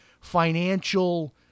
financial